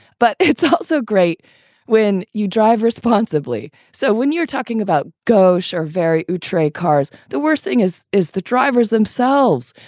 but it's also great when you drive responsibly. so when you're talking about gauche or very moutray cars, the worst thing is, is the drivers themselves.